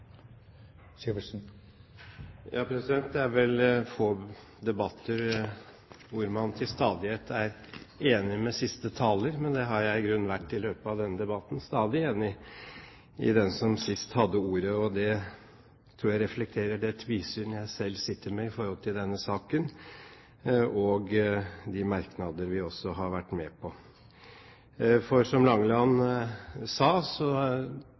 få debatter hvor man til stadighet er enig med siste taler, men det har jeg i grunnen vært i løpet av denne debatten – stadig enig med den som sist hadde ordet. Det tror jeg reflekterer det tvisynet jeg selv sitter med i forhold til denne saken og de merknader vi har vært med på. Som Langeland sa, må vi også vurdere hvordan vi kan operasjonalisere vårt valgsystem slik at det er